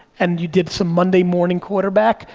and you did some monday morning quarterback,